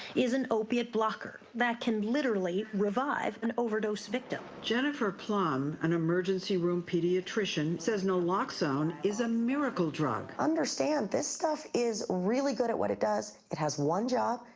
is an opiate blocker that can literally revive an overdose victim. jennifer plumb, an emergency room pediatrician, says naloxone is a miracle drug. understand this stuff is really good at what it does. it has one job.